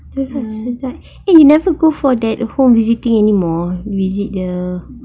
tu lah sedap eh you never go for the home visiting anymore visit the